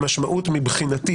המשמעות מבחינתי